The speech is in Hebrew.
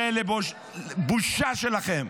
זה בושה שלכם.